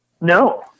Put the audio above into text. No